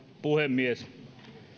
puhemies